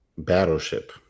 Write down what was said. Battleship